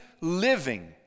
living